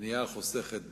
בנייה חוסכת דלק,